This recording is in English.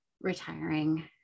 retiring